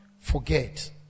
forget